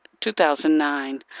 2009